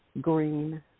green